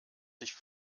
sich